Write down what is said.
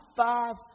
five